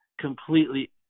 completely